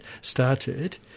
started